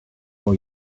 for